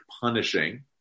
punishing